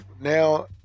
now